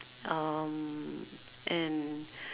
um and